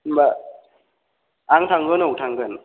होनबा आं थांगोन औ थांगोन